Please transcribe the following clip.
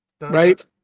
Right